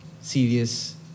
serious